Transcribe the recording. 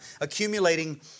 accumulating